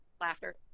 laughter